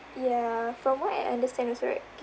ya from what I understand also right